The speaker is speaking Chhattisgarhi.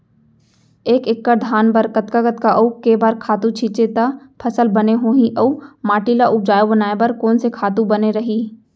एक एक्कड़ धान बर कतका कतका अऊ के बार खातू छिंचे त फसल बने होही अऊ माटी ल उपजाऊ बनाए बर कोन से खातू बने रही?